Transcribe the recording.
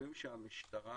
חושבים שהמשטרה